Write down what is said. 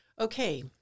okay